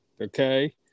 okay